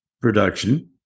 production